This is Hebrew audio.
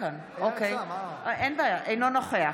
אינו נוכח